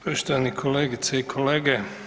Poštovane kolegice i kolege.